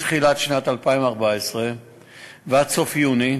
מתחילת שנת 2014 ועד סוף יוני,